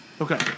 Okay